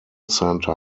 centre